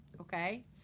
okay